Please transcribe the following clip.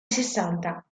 sessanta